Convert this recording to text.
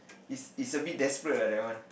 it's it's a bit desperate err that one